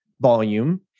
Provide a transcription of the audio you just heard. volume